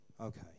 Okay